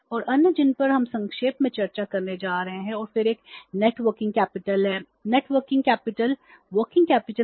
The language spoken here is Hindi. और अन्य जिन पर हम संक्षेप में चर्चा करने जा रहे हैं और फिर एक नेटवर्किंग कैपिटल